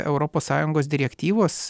europos sąjungos direktyvos